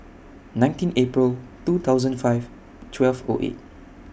nineteen April two thousand five twelve O eight